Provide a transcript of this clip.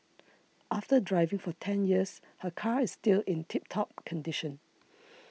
after driving for ten years her car is still in tip top condition